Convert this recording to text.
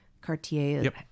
Cartier